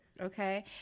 Okay